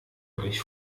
euch